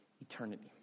eternity